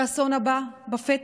שהאסון הבא בפתח?